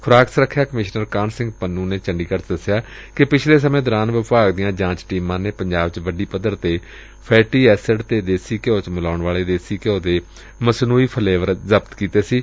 ਖੁਰਾਕ ਸੁਰੱਖਿਆ ਕਮਿਸ਼ਨਰ ਕਾਹਨ ਸਿੰਘ ਪੰਨੁ ਨੇ ਚੰਡੀਗੜ ਚ ਦਸਿਆ ਕਿ ਪਿਛਲੇ ਸਮੇਂ ਦੌਰਾਨ ਵਿਭਾਗ ਦੀਆਂ ਜਾਂਚ ਟੀਮਾਂ ਨੇ ਪੰਜਾਬ ਚ ਵੱਡੀ ਪੱਧਰ ਤੇ ਫੈਟੀ ਐਸਿਡ ਅਤੇ ਦੇਸੀ ਘਿਉ ਚ ਮਿਲਾਉਣ ਵਾਲੇ ਦੇਸੀ ਘਿਉ ਦੇ ਮਸਨੁਈ ਫਲੇਵਾਰ ਜ਼ਬਤ ਕੀਤੇ ਸਨ